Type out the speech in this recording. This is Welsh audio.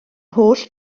holl